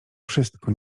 wszystko